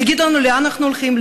שיגיד לנו לאן אנחנו הולכים,